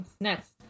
Next